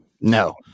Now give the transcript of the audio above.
No